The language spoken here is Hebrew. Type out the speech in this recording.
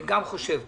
אני גם חושב כך.